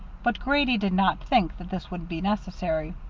but grady did not think that this would be necessary.